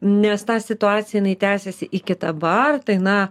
nes ta situacija jinai tęsiasi iki dabar tai na